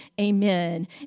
Amen